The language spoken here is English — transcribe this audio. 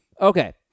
okay